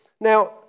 Now